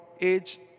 age